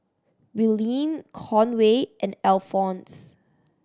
Willene Conway and Alphons